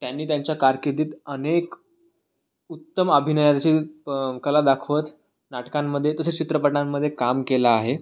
आणि त्यांच्या कारकिर्दीत अनेक उत्तम अभिनयरची कला दाखवत नाटकांमध्ये तसेच चित्रपटांमध्ये काम केलं आहे